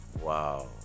wow